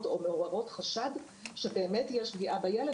או מעוררות חשד שבאמת יש פגיעה בילד,